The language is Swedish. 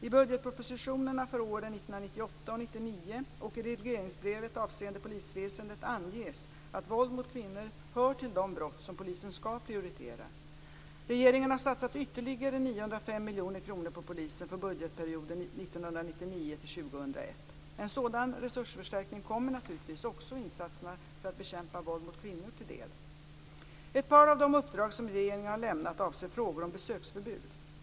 I budgetpropositionerna för åren 1998 och 1999 och i regleringsbrevet avseende polisväsendet anges att våld mot kvinnor hör till de brott som polisen skall prioritera. Regeringen har satsat ytterligare 905 miljoner kronor på polisen för budgetperioden 1999-2001. En sådan resursförstärkning kommer naturligtvis också insatserna för att bekämpa våld mot kvinnor till del. Ett par av de uppdrag som regeringen har lämnat avser frågor om besöksförbud.